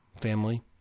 family